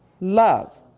Love